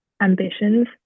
ambitions